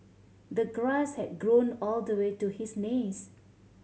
the grass had grown all the way to his knees